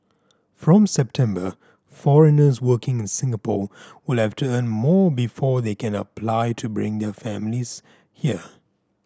from September foreigners working in Singapore will have to earn more before they can apply to bring their families here